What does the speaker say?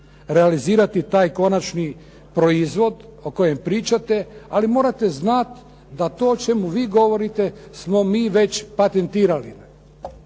realizirati taj konačni proizvod o kojem pričate, ali morate znati da to o čemu vi govorite smo mi već patentirali.